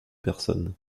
personnes